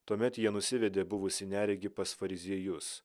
tuomet jie nusivedė buvusį neregį pas fariziejus